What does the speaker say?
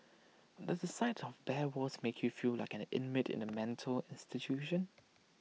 does the sight of bare walls make you feel like an inmate in A mental institution